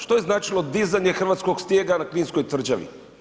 Što je značilo dizanje Hrvatskog stijega na Kninskoj tvrđavi?